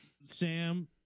Sam